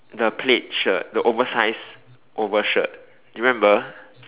the pleat shirt the oversized over shirt do you remember